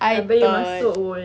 tak boleh masuk pun